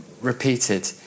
repeated